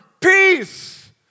Peace